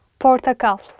Portakal